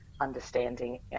understanding